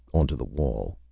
onto the wall.